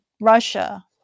Russia